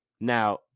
now